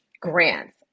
grants